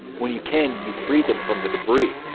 when you can, you free them from the debris.